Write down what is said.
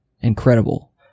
incredible